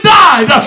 died